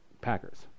Packers